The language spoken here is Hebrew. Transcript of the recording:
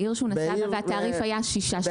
בעיר התעריף היה 6 שקלים.